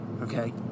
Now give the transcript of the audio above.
okay